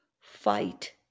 fight